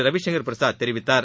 ரவிசங்கர் பிரசாத் தெரிவித்தார்